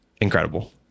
incredible